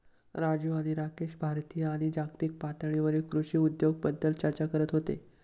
राजू आणि राकेश भारतीय आणि जागतिक पातळीवरील कृषी उद्योगाबद्दल चर्चा करत होते